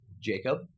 Jacob